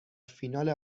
فینال